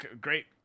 great